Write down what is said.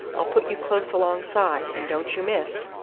i'll put you close alongside, and don't you miss.